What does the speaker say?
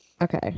okay